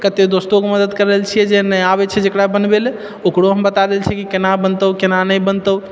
कते दोस्तोकेँ मदद करि रहल छियै जे नहि आबैत छै जकरा बनबै लऽ ओकरो हम बता दए छियै केना बनतौ केना नहि बनतहुँ